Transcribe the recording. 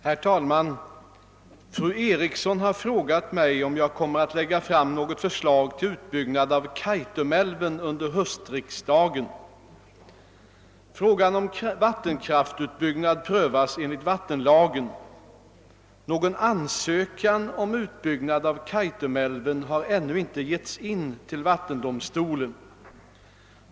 Herr talman! Fru Eriksson i Stockholm har frågat mig om jag kommer att lägga fram något förslag till utbyggnad av Kaitumälven under höstriksdagen. Frågan om vattenkraftutbyggnad prövas enligt vattenlagen. Någon ansökan om utbyggnad av Kaitumälven har ännu inte getts in till vattendomstolen.